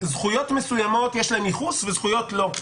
זכויות מסוימות יש לייחוס וזכויות אחרות לא,